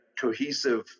cohesive